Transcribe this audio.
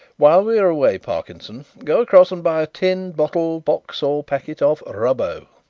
while we are away, parkinson, go across and buy a tin, bottle, box or packet of rubbo.